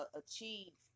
achieve